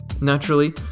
Naturally